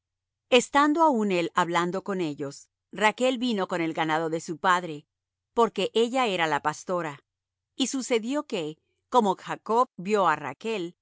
estando aún él hablando con ellos rachl vino con el ganado de su padre porque ella era la pastora y sucedió que como jacob vió á rachl